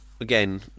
Again